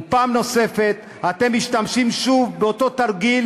ופעם נוספת אתם משתמשים באותו תרגיל